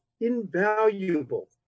invaluable